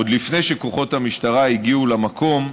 עוד לפני שכוחות המשטרה הגיעו למקום,